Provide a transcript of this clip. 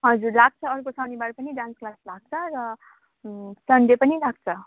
हजुर लाग्छ अर्को शनिबार पनि डान्स क्लास लाग्छ र सन्डे पनि लाग्छ